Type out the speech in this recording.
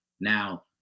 Now